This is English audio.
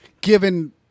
given